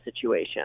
situation